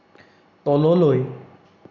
তললৈ